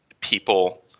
people